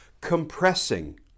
compressing